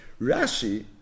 Rashi